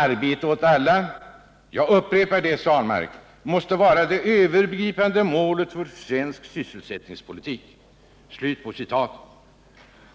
Arbete åt alla — jag upprepar det — måste vara det övergripande målet för svensk sysselsättningspolitik.”